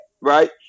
Right